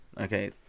Okay